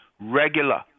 regular